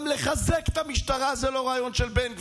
גם לחזק את המשטרה זה לא רעיון של בן גביר.